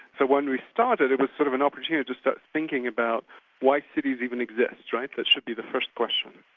ah when we started, it was sort of an opportunity to start thinking about why cities even exist, right? that should be the first question.